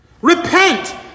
Repent